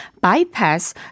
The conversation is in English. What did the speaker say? bypass